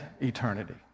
eternity